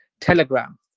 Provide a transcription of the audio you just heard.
Telegram